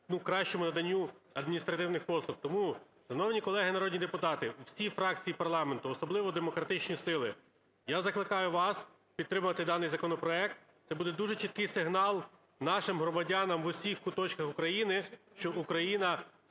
кращому наданню адміністративних послуг. Тому, шановні колеги народні депутати, всі фракції парламенту, особливо демократичні сили. Я закликаю вас підтримати даний законопроект. Це буде дуже чіткий сигнал нашим громадянам в усіх куточках України, що Україна